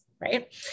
right